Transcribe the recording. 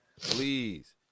Please